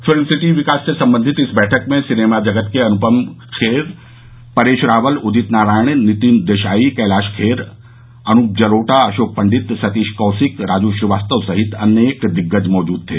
film city विकास से संबंधित इस बैठक में सिनेमा जगत के अनुपम खेर परेश रावल उदित नारायण नितिन देसाई कैलाश खेर अनुप जलोटा अशोक पंडित सतीश कौशिक राजू श्रीवास्तव सहित अनेक दिग्गज मौजूद थे